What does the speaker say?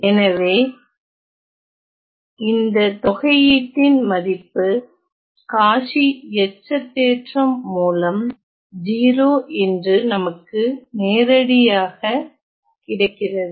எனவே இந்த தொகையீட்டின் மதிப்பு காச்சி எச்ச தேற்றம் Cauchy's Residue Theorem மூலம் 0 என்று நேரடியாக நமக்கு கிடைக்கிறது